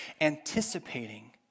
anticipating